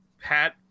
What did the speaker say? Pat